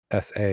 SA